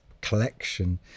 collection